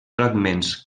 fragments